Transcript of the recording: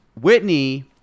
Whitney